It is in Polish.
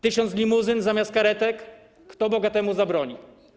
Tysiąc limuzyn zamiast karetek - kto bogatemu zabroni.